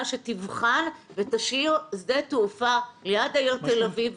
שתבחן ותשאיר שדה תעופה ליד העיר תל אביב,